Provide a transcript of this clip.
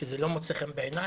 שזה לא מוצא חן בעינייך.